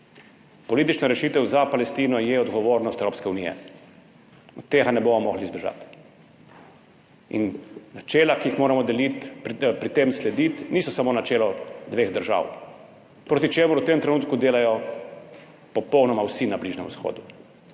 Politična rešitev za Palestino je odgovornost Evropske unije in od tega ne bomo mogli zbežati. Načela, ki jim moramo pri tem slediti, niso samo načelo dveh držav, proti čemur v tem trenutku delajo popolnoma vsi na Bližnjem vzhodu.